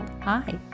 Hi